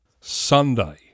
Sunday